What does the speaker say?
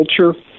culture